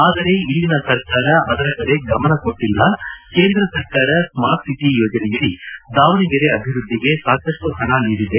ಆದರೆ ಇಲ್ಲಿನ ಸರ್ಕಾರ ಅದರ ಕಡೆ ಗಮನಕೊಟ್ಟಲ್ಲ ಕೇಂದ್ರ ಸರ್ಕಾರ ಸ್ಮಾರ್ಟ್ ಸಿಟಿ ಯೋಜನೆಯಡಿ ದಾವಣಗೆರೆ ಅಭಿವೃದ್ಧಿಗೆ ಸಾಕಷ್ಟು ಹಣ ನೀಡಿದೆ